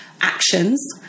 actions